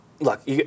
look